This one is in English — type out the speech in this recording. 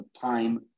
time